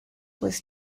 was